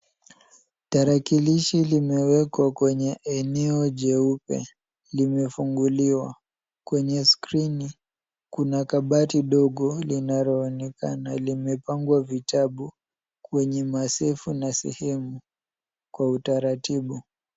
Tarakilishi limewekwa kwenye eneo jeupe limefunguliwa. Kwenye skrini kuna kabati ndogo linaloonekana limepangwa vitabu kwenye masefu na sehemu kwa utaratibu.